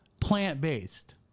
plant-based